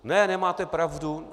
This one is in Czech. Ne, nemáte pravdu.